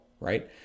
right